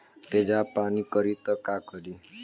तेजाब पान करी त का करी?